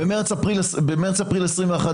במרץ-אפריל 21',